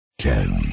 Ten